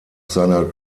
seiner